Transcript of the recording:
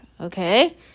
okay